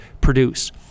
produce